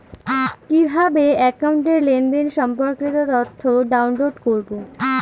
কিভাবে একাউন্টের লেনদেন সম্পর্কিত তথ্য ডাউনলোড করবো?